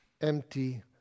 empty